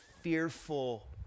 fearful